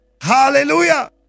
Hallelujah